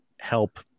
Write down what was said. help